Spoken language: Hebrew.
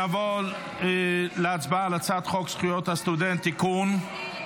נעבור להצבעה על הצעת חוק זכויות הסטודנט (תיקון,